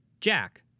Jack